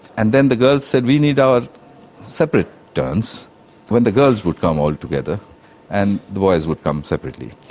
and then the girls said, we need our separate turns when the girls would come all together and the boys would come separately.